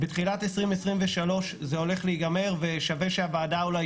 בתחילת 2023 זה הולך להיגמר ושווה שהוועדה אולי